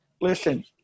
Listen